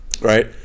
Right